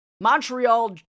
Montreal